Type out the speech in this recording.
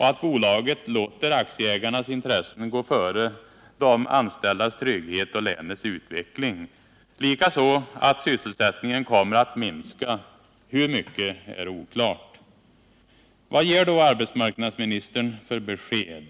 och att bolaget låter aktieägarnas intressen gå före de anställdas trygghet och länets utveckling — likaså att sysselsättningen kommer att minska, hur mycket är oklart. Vad ger då arbetsmarknadsministern för besked?